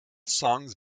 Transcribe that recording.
songs